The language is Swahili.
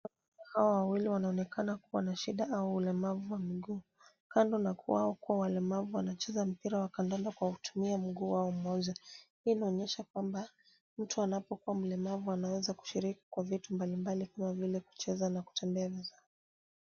Hawa wawili wanaonekana kuwa na shida au ulemavu wa miguu. Kando na wao kuwa walemavu wanacheza mpira wa kandanda kwa kutumia mguu wao mmoja. Hii inaonyesha kwamba mtu anapokua mlemavu anaweza kushiriki kwa vitu mbalimbali kama vile kucheza na kutembea vizuri.